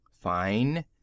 Fine